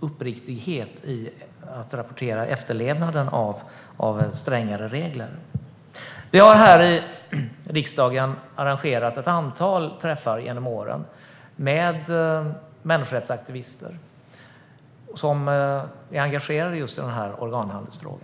uppriktighet i att rapportera efterlevnaden av strängare regler. Vi har här i riksdagen genom åren arrangerat ett antal träffar med människorättsaktivister som är engagerade just i frågan om organhandel.